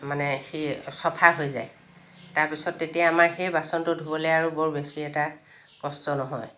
মানে সি চফা হৈ যায় তাৰপিছত তেতিয়া আমাৰ সেই বাচনটো ধোবলৈ আৰু বৰ বেছি এটা কষ্ট নহয়